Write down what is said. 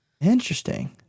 Interesting